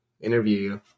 interview